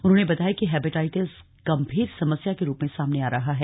उन्होंने बताया कि हेपेटाइटस गम्मीर समस्या के रूप में सामने आ रहा है